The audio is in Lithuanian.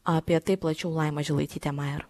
apie tai plačiau laima žilaitytė maer